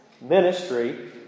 ministry